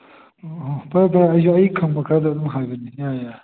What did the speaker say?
ꯑꯣ ꯍꯣ ꯐꯔꯦ ꯐꯦꯔꯦ ꯑꯩꯁꯨ ꯑꯩ ꯈꯪꯕ ꯈꯔꯗꯣ ꯑꯗꯨꯝ ꯍꯥꯏꯕꯅꯤ ꯌꯥꯔꯦ ꯌꯥꯔꯦ